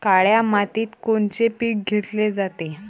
काळ्या मातीत कोनचे पिकं घेतले जाते?